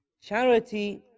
charity